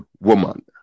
woman